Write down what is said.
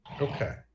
Okay